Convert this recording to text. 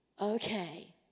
okay